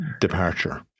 departure